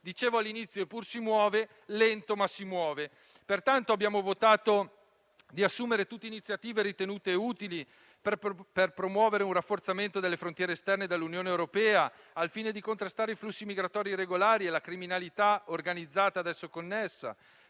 dicevo all'inizio, eppur si muove, lento ma si muove. Pertanto, abbiamo votato proposte volte ad assumere tutti iniziative ritenute utili per promuovere un rafforzamento delle frontiere esterne dell'Unione europea al fine di contrastare i flussi migratori irregolari e la criminalità organizzata ad esso connessa;